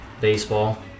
Baseball